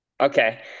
okay